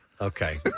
Okay